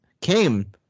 came